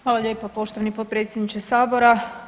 Hvala lijepo poštovani potpredsjedniče Sabora.